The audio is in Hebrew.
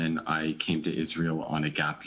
כשבאתי לישראל לשנת חופש (Gap year)